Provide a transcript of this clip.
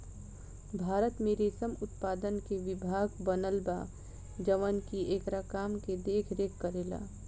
भारत में रेशम उत्पादन के विभाग बनल बा जवन की एकरा काम के देख रेख करेला